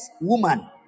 woman